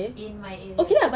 in my area